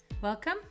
Welcome